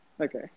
okay